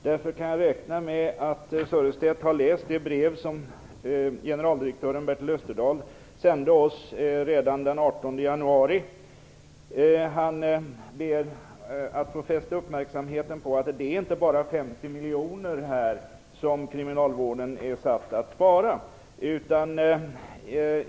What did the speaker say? Därför kan jag räkna med att Sörestedt har läst det brev som generaldirektören Bertel Österdahl sände oss redan den 18 januari. Han ber att få fästa uppmärksamheten på att det inte bara är 50 miljoner som kriminalvården är satt att spara.